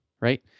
right